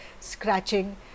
scratching